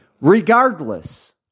regardless